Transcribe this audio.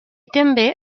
també